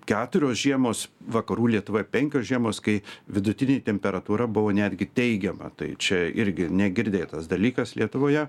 keturios žiemos vakarų lietuvoj penkios žiemos kai vidutinė temperatūra buvo netgi teigiama tai čia irgi negirdėtas dalykas lietuvoje